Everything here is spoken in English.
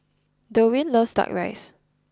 Derwin loves Duck Rice